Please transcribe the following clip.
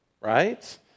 right